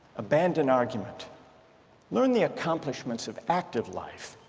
abandon argument learn the accomplishments of active life,